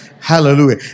Hallelujah